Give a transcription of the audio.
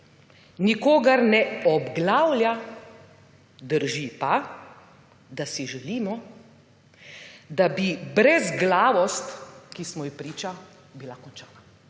nikogar ne obglavlja, drži pa, da si želimo, da bi brezglavost, ki smo ji priča, bila končana.